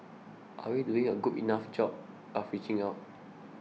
are we doing a good enough job of reaching out